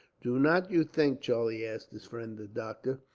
do not you think, charlie asked his friend the doctor,